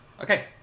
okay